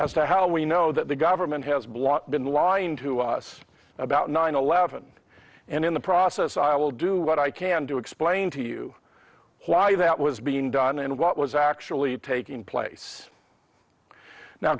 as to how we know that the government has blood been lying to us about nine eleven and in the process i will do what i can to explain to you why that was being done and what was actually taking place now